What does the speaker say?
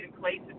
places